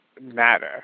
matter